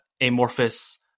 amorphous